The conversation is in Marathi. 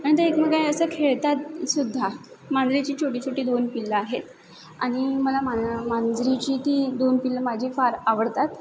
आणि त्या एकमेकात असं खेळतात सुद्धा मांजरीची छोटी छोटी दोन पिल्लं आहेत आणि मला मां मांजरीची ती दोन पिल्लं माझी फार आवडतात